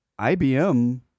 IBM